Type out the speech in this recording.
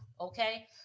okay